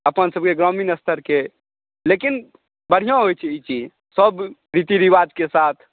अपन सबके ग्रामीण स्तरके लेकिन बढ़िआ ँ होइत छै ई चीज सब रीति रीवाजके साथ